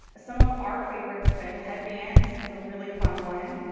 some of our favorites have been headbands, has a really fun one.